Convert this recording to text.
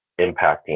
impacting